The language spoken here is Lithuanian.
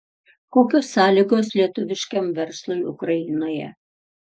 kokios sąlygos lietuviškam verslui ukrainoje